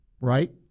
right